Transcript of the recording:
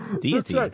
deity